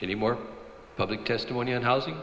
any more public testimony and housing